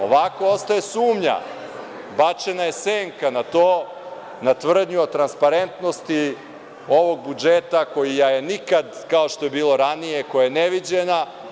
Ovako ostaje sumnja, bačena je senka na to, na tvrdnju o transparentnosti ovog budžeta, koja je nikad kao što je bilo ranije, koja je neviđena.